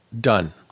done